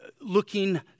looking